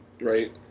Right